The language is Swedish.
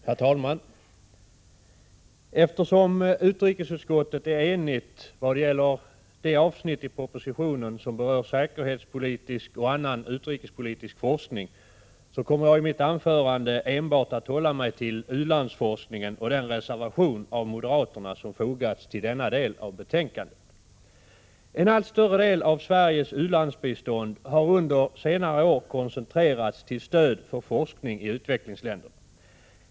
Herr talman! Eftersom utrikesutskottet är enigt när det gäller det avsnitt i propositionen som berör säkerhetspolitisk och annan utrikespolitisk forskning kommer jag i mitt anförande att hålla mig enbart till u-landsforskningen och den reservation av moderaterna som fogats till denna del av betänkandet. En allt större del av Sveriges u-landsbistånd har under senare år koncentrerats till stöd för forskning i utvecklingsländer.